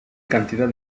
cantidad